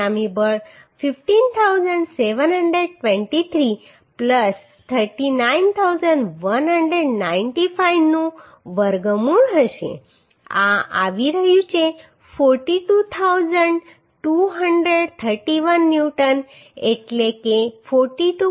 પરિણામી બળ 15723 39195 નું વર્ગમૂળ હશે આ આવી રહ્યું છે 42231 ન્યૂટન એટલે કે 42